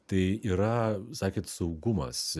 tai yra sakėt saugumas